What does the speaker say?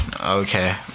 Okay